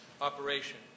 operation